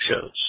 shows